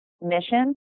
mission